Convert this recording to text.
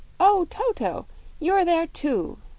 oh, toto you're there too!